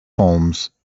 holmes